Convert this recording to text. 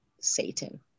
Satan